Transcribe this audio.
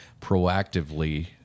proactively